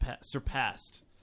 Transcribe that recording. surpassed